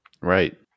Right